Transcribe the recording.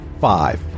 five